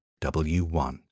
W1